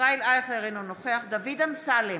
ישראל אייכלר, אינו נוכח דוד אמסלם,